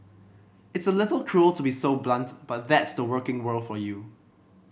it's a little cruel to be so blunt but that's the working world for you